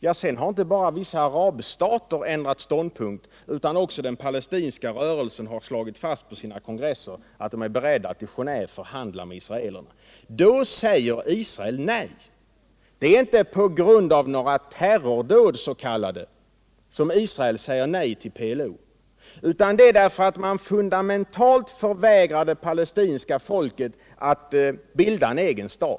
Ja, men sedan har inte bara vissa arabstater ändrat ståndpunkt, utan också den palestinska rörelsens representanter har på sina kongresser slagit fast att de är beredda att förhandla med israelerna. Då säger Israel nej. Det är inte på grund av några s.k. terrordåd som Israel säger nej till PLO, utan det är därför att man fundamentalt förvägrar det palestinska folket att bilda en egen stat.